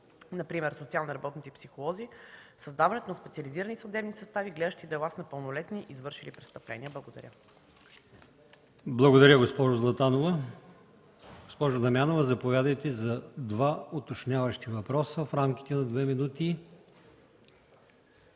например социални работници и психолози; създаване на специализирани съдебни състави, гледащи дела с непълнолетни, извършили престъпления. Благодаря. ПРЕДСЕДАТЕЛ АЛИОСМАН ИМАМОВ: Благодаря, госпожо Златанова. Госпожо Дамянова, заповядайте за два уточняващи въпроса в рамките на две минути.